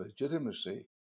legitimacy